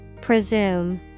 Presume